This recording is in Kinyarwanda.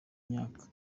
imyaka